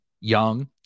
young